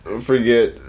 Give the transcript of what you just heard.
Forget